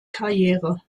karriere